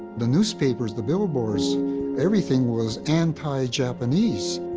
the newspapers, the billboards everything was anti-japanese.